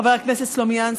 חבר הכנסת סלומינסקי,